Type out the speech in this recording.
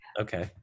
Okay